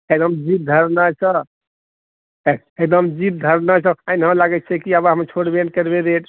एगदम जिद धरने छो एगदम जिद धरने छो एन्हर लागै छो कि आब छोड़बे नहि करबै रेट